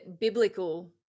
biblical